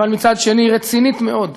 אבל מצד שני היא רצינית מאוד,